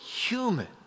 human